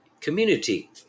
community